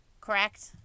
Correct